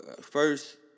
first